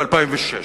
ב-2006.